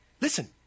Listen